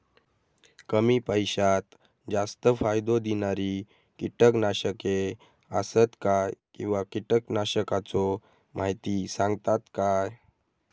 कमी पैशात जास्त फायदो दिणारी किटकनाशके आसत काय किंवा कीटकनाशकाचो माहिती सांगतात काय?